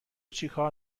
چیکار